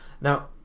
Now